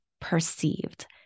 perceived